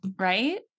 right